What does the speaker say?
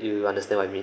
you understand what I mean